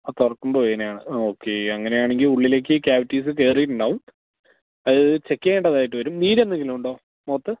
ആ തുറക്കുമ്പോള് വേദനയാണ് ഓക്കേ അങ്ങനെയാണെങ്കില് ഉള്ളിലേക്ക് ക്യാവിറ്റീസ്സ് കയറിയിട്ടുണ്ടാകും അത് ചെക്ക് ചെയ്യേണ്ടതായിട്ട് വരും നീരെന്തെങ്കിലുമുണ്ടോ മുഖത്ത്